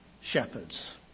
shepherds